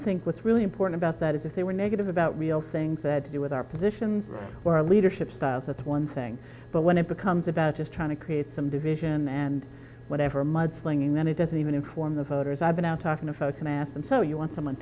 think what's really important about that is if they were negative about real things that to do with our positions or our leadership styles that's one thing but when it becomes about just trying to create some division and whatever mudslinging then it doesn't even inform the voters i've been out talking to folks and ask them so you want someone